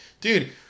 Dude